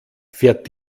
fährt